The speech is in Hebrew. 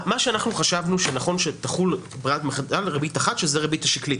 אנחנו חשבנו שנכון שתחול ריבית אחת שזאת הריבית השקלית.